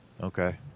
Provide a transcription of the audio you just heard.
Okay